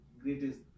greatest